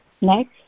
next